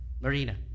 Marina